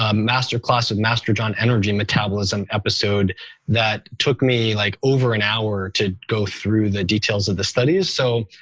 ah masterclass with masterjohn energy metabolism episode that took me like over an hour to go through the details of the studies. so